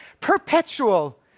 Perpetual